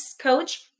coach